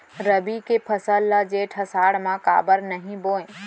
रबि के फसल ल जेठ आषाढ़ म काबर नही बोए?